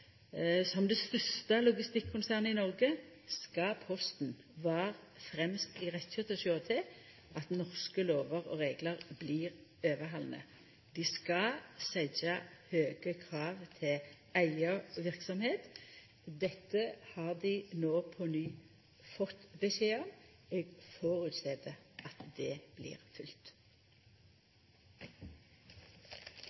Noreg skal Posten vera fremst i rekkja til å sjå til at norske lover og reglar blir overhaldne. Dei skal setja høge krav til eigarverksemd. Dette har dei no på ny fått beskjed om. Eg føreset at det blir